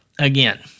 again